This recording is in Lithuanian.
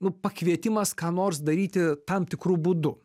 nu pakvietimas ką nors daryti tam tikru būdu